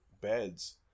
beds